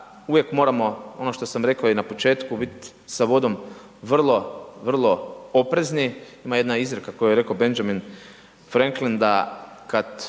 uvijek moramo ono što sam rekao i na početku biti sa vodom vrlo, vrlo oprezni, ima jedna izreka koju je rekao Benjamin Franklin da kad